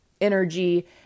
energy